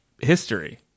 history